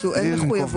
אין מחויבות למספר.